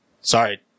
Sorry